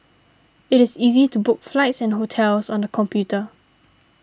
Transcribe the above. it is easy to book flights and hotels on the computer